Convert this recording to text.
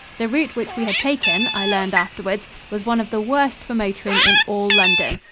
the route which we had taken, i learned afterwards, was one of the worst for motoring in all london.